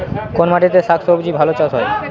কোন মাটিতে শাকসবজী ভালো চাষ হয়?